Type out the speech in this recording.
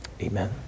Amen